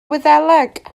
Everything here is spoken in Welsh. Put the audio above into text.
wyddeleg